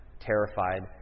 terrified